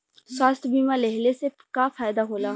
स्वास्थ्य बीमा लेहले से का फायदा होला?